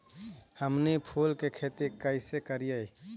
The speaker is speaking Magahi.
हमनी फूल के खेती काएसे करियय?